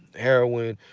heroin,